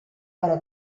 però